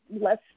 less